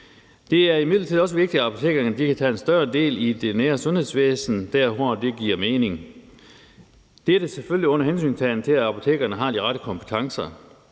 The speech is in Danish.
Det er imidlertid også vigtigt, at apotekerne kan tage større del i det nære sundhedsvæsen der, hvor det giver mening. Dette skal selvfølgelig være, under hensyntagen til at apotekerne har de rette kompetencer.